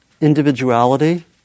individuality